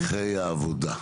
ותהליכי העבודה.